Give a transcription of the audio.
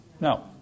No